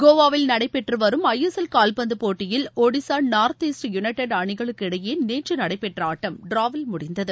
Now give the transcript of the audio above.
கோவாவில் நடைபெற்று வரும் ஐஎஸ்எல் கால்பந்துப் போட்டியில் ஒடிசா நார்த் ஈஸ்ட் யுனைடெட் அணிகளுக்கு இடையே நேற்று நடைபெற்ற ஆட்டம் டிராவில் முடிந்தது